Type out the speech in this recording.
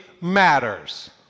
matters